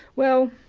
well,